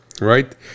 right